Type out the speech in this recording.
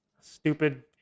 stupid